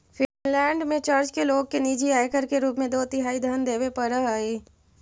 Finland में church के लोग के निजी आयकर के रूप में दो तिहाई धन देवे पड़ऽ हई